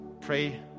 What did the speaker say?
Pray